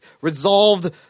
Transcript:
resolved